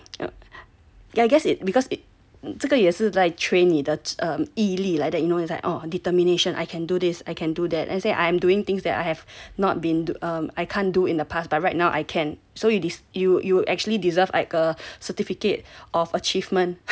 I guess it because it 这个也是在 train 你的毅力 like that you know it's like oh determination I can do this I can do that let's say I am doing things that I have not been to um I can't do in the past but right now I can show you this you you actually deserve like a certificate of achievement for being a mom